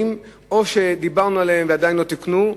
שאו שדיברנו עליהם ועדיין לא תוקנו,